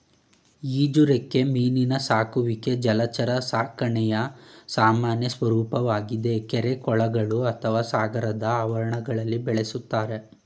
ಈಜುರೆಕ್ಕೆ ಮೀನಿನ ಸಾಕುವಿಕೆ ಜಲಚರ ಸಾಕಣೆಯ ಸಾಮಾನ್ಯ ಸ್ವರೂಪವಾಗಿದೆ ಕೆರೆ ಕೊಳಗಳು ಅಥವಾ ಸಾಗರದ ಆವರಣಗಳಲ್ಲಿ ಬೆಳೆಸ್ತಾರೆ